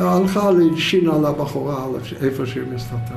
‫הלכה להלשין על הבחורה ‫איפה שהיא מסתתר